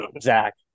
Zach